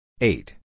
Eight